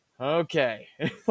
okay